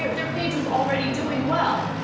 um there page was already doing well.